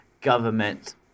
government